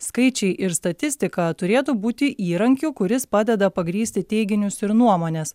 skaičiai ir statistika turėtų būti įrankiu kuris padeda pagrįsti teiginius ir nuomones